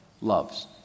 Loves